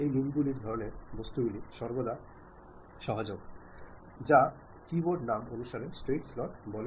এই লিঙ্ক গুলির ধরণের বস্তুগুলি সর্বদা সহায়ক থাকে যা কীওয়ার্ডের নাম অনুসারে স্ট্রেইট স্লট বলে উপলব্ধ